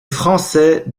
français